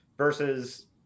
versus